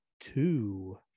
two